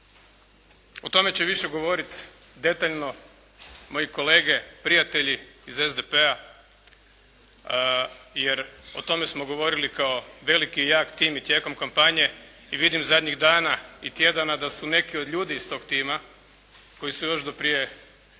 O tome će više govoriti detaljno moji kolege prijatelji iz SDP-a jer o tome smo govorili kao velik i jak tim i tijekom kampanje, i vidim zadnjih dana i tjedana da su neki od ljudi iz tog tima, koji su još do prije mjesec i